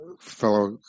fellow